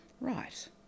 right